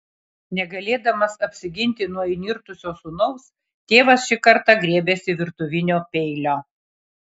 negalėdamas apsiginti nuo įnirtusio sūnaus tėvas šį kartą griebėsi virtuvinio peilio